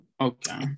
Okay